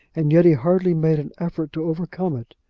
and yet he hardly made an effort to overcome it.